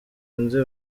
barenze